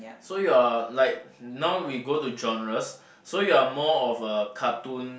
so you're like now we go to genres so you are more of a cartoon